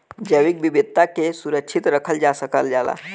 जैविक विविधता के सुरक्षित रखल जा सकल जाला